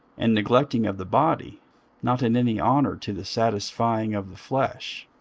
and neglecting of the body not in any honour to the satisfying of the flesh.